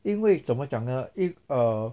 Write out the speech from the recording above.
因为怎么讲呢 if err